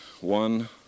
one